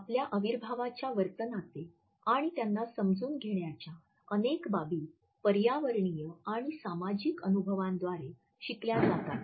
आपल्या अविर्भावाच्या वर्तनाचे आणि त्यांना समजून घेण्याच्या अनेक बाबी पर्यावरणीय आणि सामाजिक अनुभवांद्वारे शिकल्या जातात